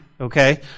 okay